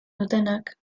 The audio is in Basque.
dutenak